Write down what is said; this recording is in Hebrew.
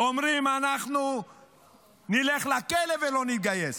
אומרים: אנחנו נלך לכלא ולא נתגייס.